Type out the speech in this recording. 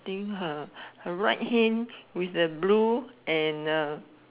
think her her right hand with the blue and uh